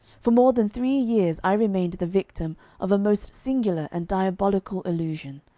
for more than three years i remained the victim of a most singular and diabolical illusion.